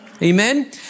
Amen